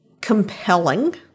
compelling